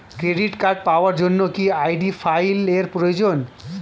Credit card পাওয়ার জন্য কি আই.ডি ফাইল এর প্রয়োজন?